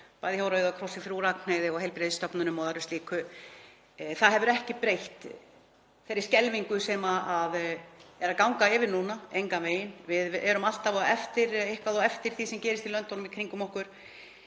bæði hjá Rauða krossinum, Frú Ragnheiði og heilbrigðisstofnunum og öðru slíku. Það hefur ekki breytt þeirri skelfingu sem er að ganga yfir núna, engan veginn. Við erum alltaf eitthvað á eftir því sem gerist í löndunum í kringum okkur.